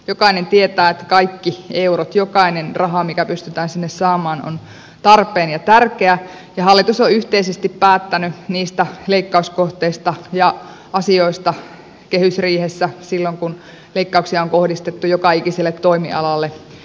jokainen tietää että kaikki eurot jokainen raha mikä pystytään sinne saamaan on tarpeen ja tärkeä ja hallitus on yhteisesti päättänyt niistä leikkauskohteista ja asioista kehysriihessä silloin kun leikkauksia on kohdistettu joka ikiselle toimialalle